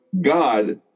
God